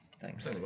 Thanks